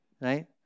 right